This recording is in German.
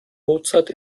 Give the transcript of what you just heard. mozart